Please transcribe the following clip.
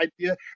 idea